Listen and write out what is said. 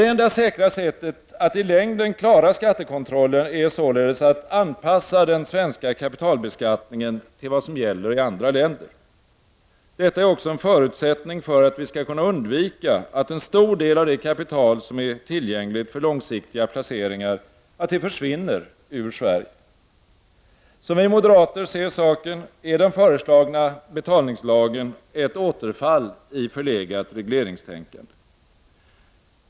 Det enda säkra sättet att i längden klara skattekontrollen är således att anpassa den svenska kapitalbeskattningen till vad som gäller i andra länder. Detta är också en förutsättning för att vi skall kunna undvika att en stor del av det kapital som är tillgängligt för långsiktiga placeringar försvinner ur Sverige. Som vi moderater ser saken är den föreslagna betalningslagen ett återfall i förlegat regleringstänkande.